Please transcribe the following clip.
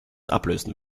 ablösen